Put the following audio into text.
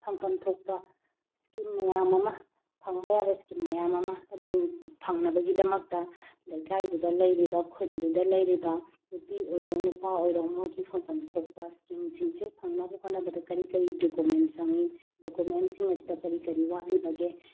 ꯐꯪꯐꯝ ꯊꯣꯛꯄ ꯏꯁꯀꯤꯝ ꯃꯌꯥꯝ ꯑꯃ ꯐꯪꯕ ꯌꯥꯕ ꯏꯁꯀꯤꯝ ꯃꯌꯥꯝ ꯑꯃ ꯑꯗꯨ ꯐꯪꯅꯕꯒꯤꯗꯃꯛꯇ ꯂꯩꯀꯥꯏꯗꯨꯗ ꯂꯩꯔꯤꯕ ꯈꯨꯟꯗꯨꯗ ꯂꯩꯔꯤꯕ ꯅꯨꯄꯤ ꯑꯣꯏꯔꯣ ꯅꯨꯄꯥ ꯑꯣꯏꯔꯣ ꯃꯣꯏꯒꯤ ꯐꯪꯐꯝ ꯊꯣꯛꯄ ꯏꯁꯀꯤꯝꯁꯤꯡꯁꯦ ꯐꯪꯅꯕ ꯍꯣꯠꯅꯕꯗ ꯀꯔꯤ ꯀꯔꯤ ꯗꯣꯀꯨꯃꯦꯟ ꯆꯪꯏ ꯗꯣꯀꯨꯃꯦꯟꯁꯤꯡ ꯑꯁꯤꯗ ꯀꯔꯤ ꯀꯔꯤ ꯋꯥꯠꯂꯤꯕꯒꯦ